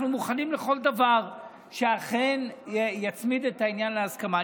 אנחנו מוכנים לכל דבר שאכן יצמיד את העניין להסכמה.